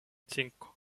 cinco